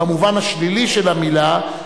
במובן השלילי של המלה,